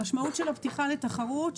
המשמעות של הפתיחה לתחרות,